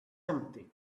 empty